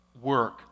work